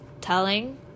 telling